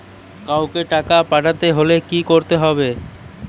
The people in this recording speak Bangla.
কাওকে টাকা পাঠাতে হলে কি করতে হবে?